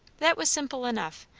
that was simple enough,